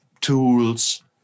tools